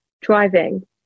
driving